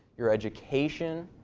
your education,